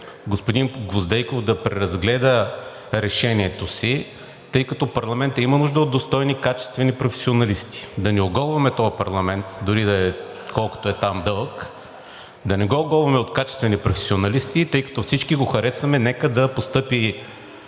господин Гвоздейков да преразгледа решението си, тъй като парламентът има нужда от достойни, качествени професионалисти. Да не оголваме този парламент, дори колкото да е там дълъг, да не го оголваме от качествени професионалисти, тъй като всички го харесваме. Нека да постъпи